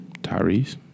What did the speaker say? Tyrese